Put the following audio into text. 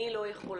מי לא יכולה".